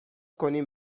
کنیم